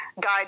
guide